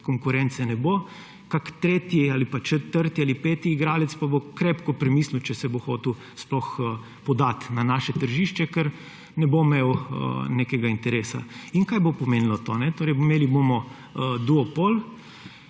konkurence ne bo, kakšen tretji ali pa četrti ali peti igralec pa bo krepko premislil, če se bo hotel sploh podati na naše tržišče, ker ne bo imel nekega interesa. Kaj bo pomenilo to? Torej imeli bomo duopol,